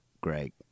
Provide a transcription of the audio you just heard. Greg